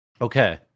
Okay